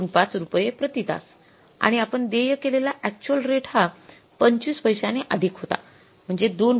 २५ रुपये प्रति तास आणि आपण देय केलेला अक्चुअल रेट हा २५ पैसाने अधिक होता म्हणजे २